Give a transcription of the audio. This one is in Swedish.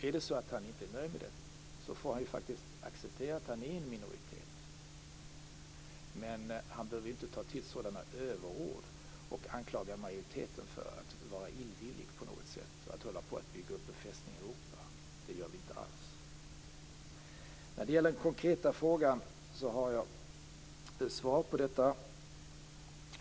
Om han inte är nöjd med det, får han faktiskt acceptera att han är i en minoritet, men han behöver ju inte ta till sådana överord och anklaga majoriteten för att på något sätt vara illvillig och för att hålla på att bygga upp en Fästning Europa. Det gör vi inte alls.